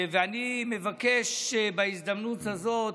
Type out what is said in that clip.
אני מבקש בהזדמנות הזאת,